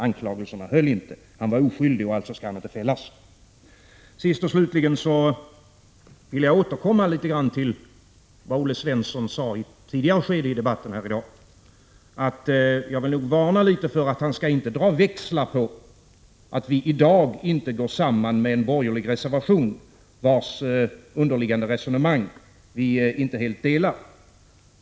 Anklagelserna höll inte, han var oskyldig och alltså skulle han inte fällas. Sist och slutligen vill jag återkomma till vad Olle Svensson sade tidigare i debatten. Olle Svensson skall inte dra växlar på det förhållandet att vi i dag inte ansluter oss till en borgerlig reservation vars underliggande resonemang vi inte helt delar.